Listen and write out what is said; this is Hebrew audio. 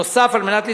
נוסף על כך,